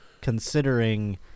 considering